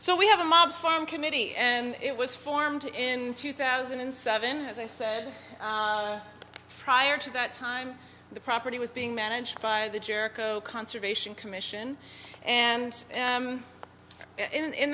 so we have a mob's farm committee and it was formed in two thousand and seven as i said prior to that time the property was being managed by the jericho conservation commission and